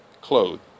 clothed